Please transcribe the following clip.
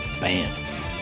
Bam